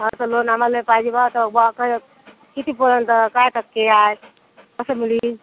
असं लोन आम्हाला पाहिजे बा आता बा काय कितीपर्यंत काय टक्के आहे कसं मिळी